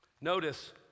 Notice